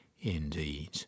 indeed